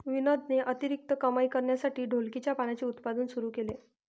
विनोदने अतिरिक्त कमाई करण्यासाठी ढोलकीच्या पानांचे उत्पादन सुरू केले